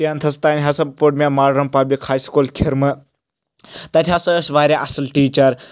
ٹؠنتھس تانۍ ہسا پوٚر مےٚ ماڈٲرٕن پبلک ہاے سکوٗل کھِرمہٕ تَتہِ ہسا ٲسۍ واریاہ اصل ٹیٖچر